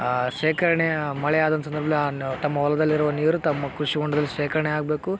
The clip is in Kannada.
ಆ ಶೇಖರಣೆ ಮಳೆಯಾದಂತ ಸಂದರ್ಭದಲ್ಲಿ ತಮ್ಮ ಹೊಲ್ದಲ್ಲಿರುವ ನೀರು ತಮ್ಮ ಕೃಷಿ ಹೊಂಡದಲ್ಲಿ ಶೇಖರಣೆ ಆಗಬೇಕು